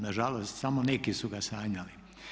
Nažalost samo neki su ga sanjali.